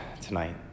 tonight